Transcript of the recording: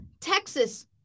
Texas